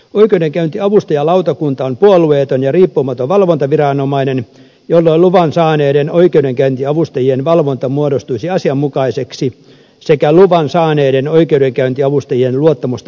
oikeudenkäyntiavustajalautakunta on puolueeton ja riippumaton valvontaviranomainen jolloin luvan saaneiden oikeudenkäyntiavustajien valvonta muodostuisi asianmukaiseksi sekä luvan saaneiden oikeudenkäyntiavustajien luottamusta nauttivaksi